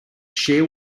sheer